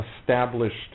established